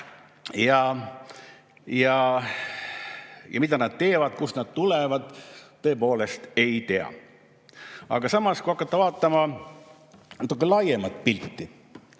Ja mida nad teevad, kust nad tulevad? Tõepoolest ei tea. Aga samas, kui hakata vaatama natuke laiemat pilti,